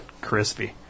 crispy